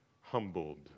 Humbled